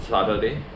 Saturday